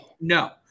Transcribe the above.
no